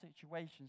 situations